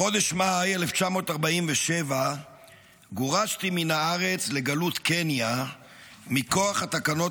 בחודש מאי 1947 גורשתי מן הארץ לגלות קניה מכוח התקנות